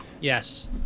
Yes